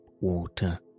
water